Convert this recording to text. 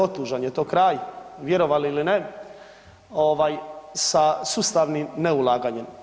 Otužan je to kraj vjerovali ili ne sa sustavnim neulaganjem.